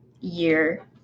year